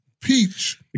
Peach